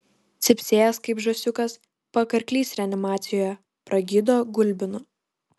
cypsėjęs kaip žąsiukas pakarklis reanimacijoje pragydo gulbinu